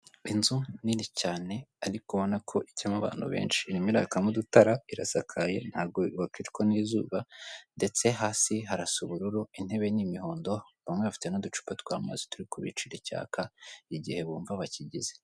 Inzu nini cyane ariko ubona ko ijyamo abantu benshi, irimo irakamo udutara, irasakaye ntabwo bakicwa n'izuba ndetse hasi harasa ubururu, intebe ni imihondo, bamwe bafite n'uducupa tw'amazi, turi kubicira icyaka igihe bumva bakigize.